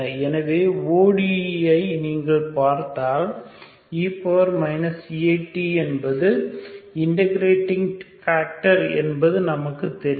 எனவே ODE ஐ நீங்கள் பார்த்தால் e At என்பது இண்டெகிரேடிங் ஃபேக்டர் என்பது நமக்கு தெரியும்